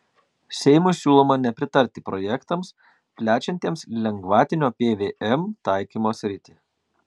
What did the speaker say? seimui siūloma nepritarti projektams plečiantiems lengvatinio pvm taikymo sritį